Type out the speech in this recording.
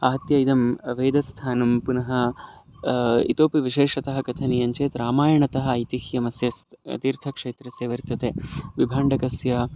आहत्य इदं वेदस्थानं पुनः इतोऽपि विशेषतः कथनीयं चेत् रामायणतः ऐतिह्यम् अस्य अस् तीर्थक्षेत्रस्य वर्तते विभाण्डकस्य